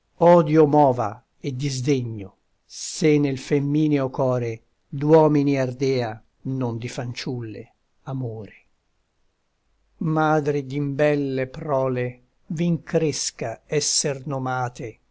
odio mova e disdegno se nel femmineo core d'uomini ardea non di fanciulle amore madri d'imbelle prole v'incresca esser nomate